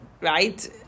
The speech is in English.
Right